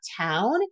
town